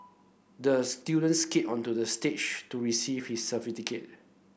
the student skated onto the stage to receive his certificate